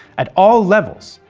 at all levels,